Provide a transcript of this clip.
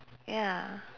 ya